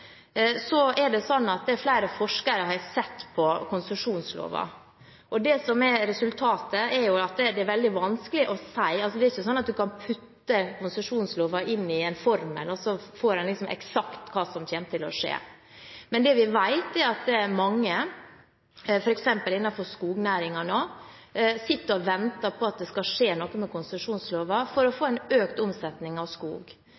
Det er flere forskere som har sett på konsesjonsloven. Det er ikke slik at man kan legge konsesjonsloven inn i en formel, og så ser man eksakt hva som kommer til å skje. Men det vi vet, er at det er mange, f.eks. innenfor skognæringen, som nå sitter og venter på at det skal skje noe med konsesjonsloven for å få en økt omsetning av skog.